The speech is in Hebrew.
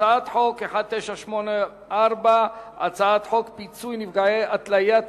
הצעת חוק פ/1984, הצעת חוק פיצוי נפגעי התליית